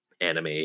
anime